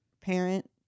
parent